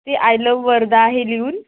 ते I love Wardha आहे लिहून